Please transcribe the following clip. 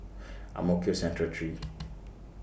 Ang Mo Kio Central three